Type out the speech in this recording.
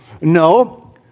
No